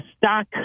stock